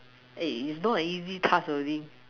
eh is not an easy task to link